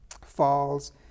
falls